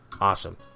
Awesome